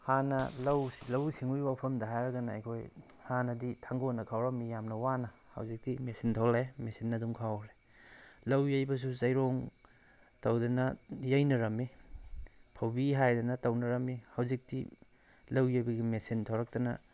ꯍꯥꯟꯅ ꯂꯧꯎ ꯁꯤꯡꯎꯕꯒꯤ ꯋꯥꯐꯝꯗ ꯍꯥꯏꯔꯒꯅ ꯑꯩꯈꯣꯏ ꯍꯥꯟꯅꯗꯤ ꯊꯥꯡꯒꯣꯜꯅ ꯈꯧꯔꯝꯃꯤ ꯌꯥꯝꯅ ꯋꯥꯅ ꯍꯧꯖꯤꯛꯇꯤ ꯃꯦꯁꯤꯟ ꯊꯣꯛꯂꯛꯑꯦ ꯃꯦꯁꯤꯟꯅ ꯑꯗꯨꯝ ꯈꯥꯎꯈꯔꯦ ꯂꯧ ꯌꯩꯕꯁꯨ ꯆꯩꯔꯣꯡ ꯇꯧꯗꯅ ꯌꯩꯅꯔꯝꯃꯤ ꯐꯧꯕꯤ ꯍꯥꯏꯗꯅ ꯇꯧꯅꯔꯝꯃꯤ ꯍꯧꯖꯤꯛꯇꯤ ꯂꯧ ꯌꯩꯕꯒꯤ ꯃꯦꯁꯤꯟ ꯊꯣꯔꯛꯇꯅ